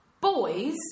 Boys